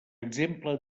exemple